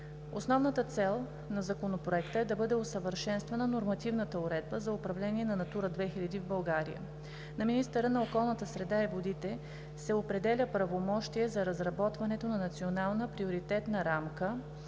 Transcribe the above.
Основната цел на Законопроекта е да бъде усъвършенствана нормативната уредба за управление на „Натура 2000“ в България. На министъра на околната среда и водите се определя правомощие за разработването на Национална приоритетна рамка